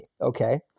Okay